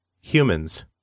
Humans